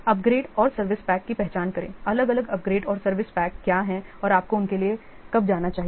upgrade और service pack की पहचान करें अलग अलग अपग्रेड और सर्विस पैक क्या हैं और आपको उनके लिए कब जाना चाहिए